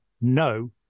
no